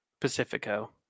Pacifico